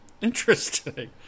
Interesting